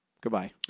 Goodbye